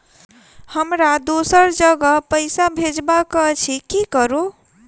हमरा दोसर जगह पैसा भेजबाक अछि की करू?